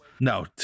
No